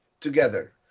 together